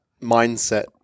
mindset